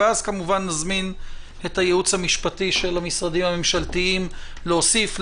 ואז כמובן נזמין את הייעוץ המשפטי של המשרדים הממשלתיים להוסיף,